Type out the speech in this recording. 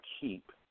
keep